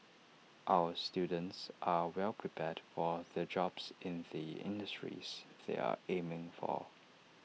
our students are well prepared for the jobs in the industries they are aiming for